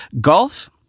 Golf